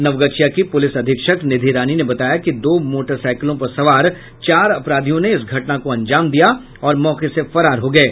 नवगछिया की पुलिस अधीक्षक निधि रानी ने बताया कि दो मोटरसाइकिलों पर सवार चार अपराधियों ने घटना को अंजाम दिया और फरार हो गये